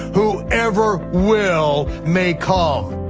whoever will may come.